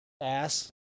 Ass